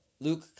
Luke